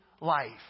life